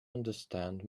understand